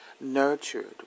Nurtured